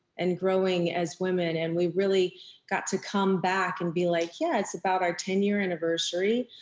and growing as women. and we really got to come back, and be like, yeah it's about our ten year anniversary.